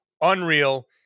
unreal